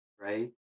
right